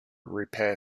repair